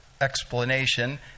explanation